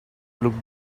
look